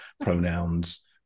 pronouns